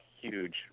huge